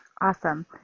Awesome